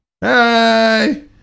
hey